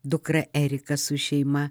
dukra erika su šeima